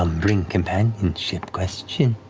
um bring companionship? questions?